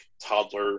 toddler